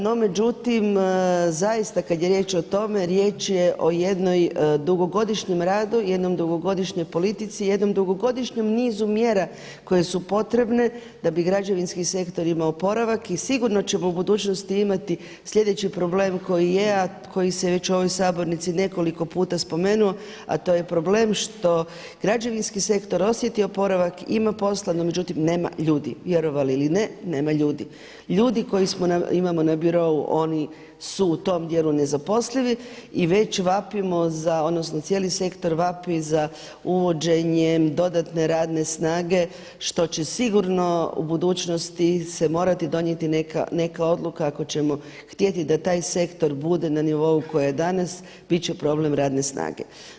No međutim, zaista kada je riječ o tome, riječ je o jednom dugogodišnjem radu, jednoj dugogodišnjoj politici, jednom dugogodišnjem nizu mjera koje su potrebne da bi građevinski sektor imao oporavak i sigurno ćemo u budućnosti imati sljedeći problem koji je a koji se već u ovoj sabornici nekoliko puta spomenuo a to je problem što građevinski sektor osjeti oporavak, ima posla no međutim nema ljudi, vjerovali ili ne nema ljudi, ljudi koje imamo na birou oni su u tom dijelu nezaposlivi i već vapimo za, odnosno cijeli sektor vapi za uvođenjem dodatne radne snage što će sigurno u budućnosti se morati donijeti neka odluka ako ćemo htjeti da taj sektor bude na nivou na kojem je danas, biti će problem radne snage.